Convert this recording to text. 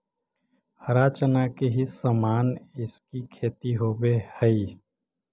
हरा चना के ही समान इसकी खेती होवे हई